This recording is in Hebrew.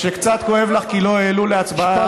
שקצת כואב לך כי לא העלו להצבעה את החוק שאת הגשת.